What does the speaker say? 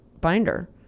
binder